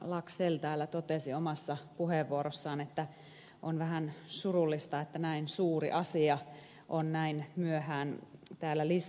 laxell täällä totesi omassa puheenvuorossaan että on vähän surullista että näin suuri asia on näin myöhään täällä listalla